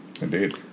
indeed